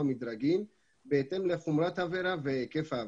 מדרגים בהתאם לחומרת העבירה והיקף העבירה.